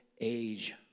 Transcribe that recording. age